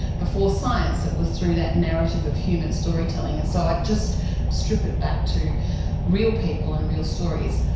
before science it was through that narrative of human storytelling, and so i'd just strip it back to real people and real stories.